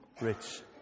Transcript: rich